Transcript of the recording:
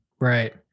Right